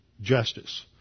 justice